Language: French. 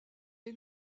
est